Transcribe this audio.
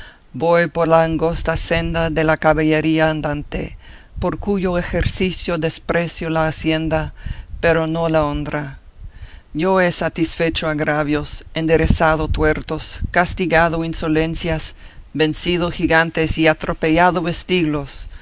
voy por la angosta senda de la caballería andante por cuyo ejercicio desprecio la hacienda pero no la honra yo he satisfecho agravios enderezado tuertos castigado insolencias vencido gigantes y atropellado vestiglos